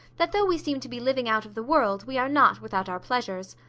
that though we seem to be living out of the world, we are not without our pleasures.